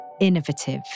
innovative